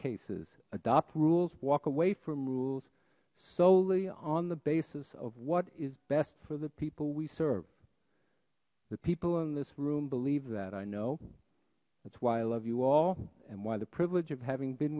cases adopt rules walk away from rules solely on the basis of what is best for the people we serve the people in this room believe that i know that's why i love you all and why the privilege of having been